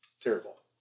Terrible